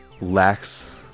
lacks